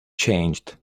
changed